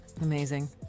Amazing